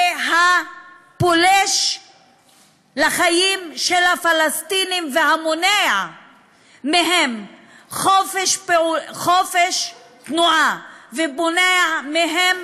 הפולש לחיים של הפלסטינים והמונע מהם חופש תנועה ומונע מהם